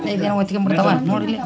ಇದೇನು ಒತ್ಕ್ಯಾಂಬಿಡ್ತಾವ ನೊಡ್ರಿಲ್ಲಿ